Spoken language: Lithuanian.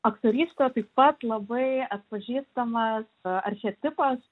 aktorystė taip pat labai atpažįstamas archetipas